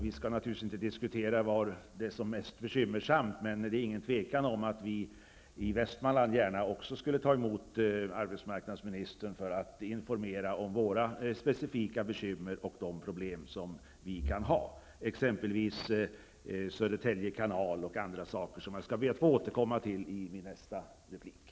Vi skall naturligtvis inte diskutera var läget är som mest bekymmersamt, men det är inget tvivel om att även vi i Västmanlands län gärna skulle ta emot arbetsmarknadsministern för att kunna informera honom om våra specifika bekymmer och de problem som vi har, exempelvis Södertälje kanal och andra saker. Dessa skall jag be att få återkomma till i mitt nästa inlägg.